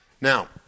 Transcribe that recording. Now